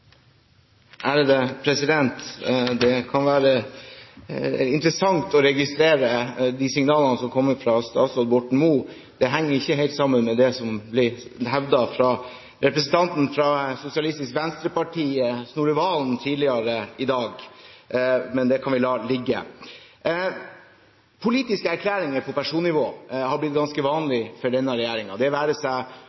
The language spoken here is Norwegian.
Det kan være interessant å registrere de signalene som kommer fra statsråd Borten Moe. Det henger ikke helt sammen med det som ble hevdet fra representanten fra Sosialistisk Venstreparti, Snorre Serigstad Valen, tidligere i dag, men det kan vi la ligge. Politiske erklæringer på personnivå har blitt ganske